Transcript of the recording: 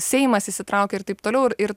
seimas įsitraukia ir taip toliau ir ir